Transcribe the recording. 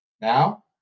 Now